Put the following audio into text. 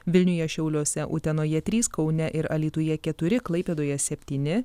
vilniuje šiauliuose utenoje trys kaune ir alytuje keturi klaipėdoje septyni